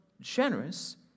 generous